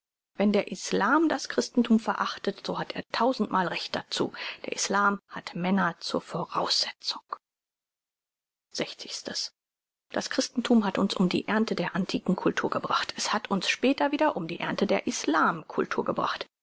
wenn der islam das christentum verachtet so hat er tausendmal recht dazu der islam hat männer zur voraussetzung das christenthum hat uns um die ernte der antiken cultur gebracht es hat uns später wieder um die ernte der islam cultur gebracht